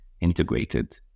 integrated